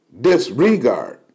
disregard